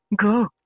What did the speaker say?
go